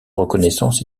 reconnaissance